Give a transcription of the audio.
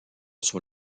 sur